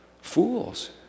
fools